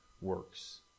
works